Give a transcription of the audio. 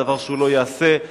דבר שלא יעשה,